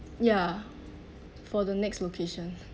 ya for the next location